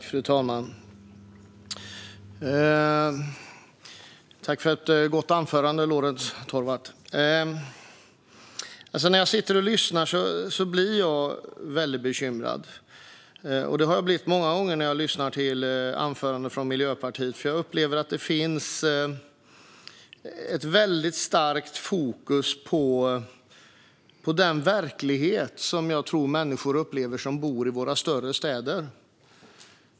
Fru talman! Tack för ett gott anförande, Lorentz Tovatt! Jag har många gånger blivit bekymrad när jag har lyssnat på anföranden från Miljöpartiet. Jag upplever att det finns ett starkt fokus på den verklighet som jag tror att människor som bor i våra större städer upplever.